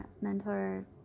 mentor